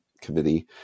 committee